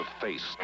face